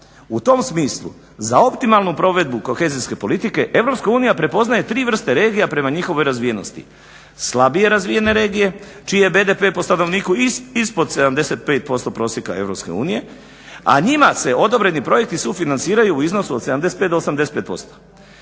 U tom smislu za optimalnu provedbu kohezijske politike Europska unija prepoznaje tri vrste regija prema njihovoj razvijenosti: slabije razvijene regije čiji je BDP po stanovniku ispod 75% prosjeka Europske unije, a njima se odobreni projekti sufinanciraju u iznosu od 75